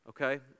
okay